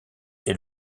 est